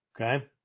Okay